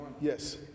Yes